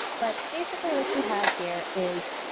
but basically what you have here is